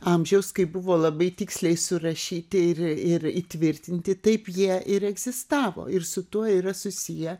amžiaus kai buvo labai tiksliai surašyti ir ir įtvirtinti taip jie ir egzistavo ir su tuo yra susiję